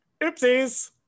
Oopsies